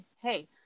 hey